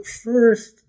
First